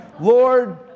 Lord